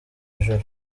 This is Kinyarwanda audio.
ijuru